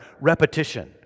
repetition